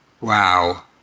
Wow